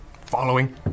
Following